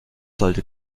sollte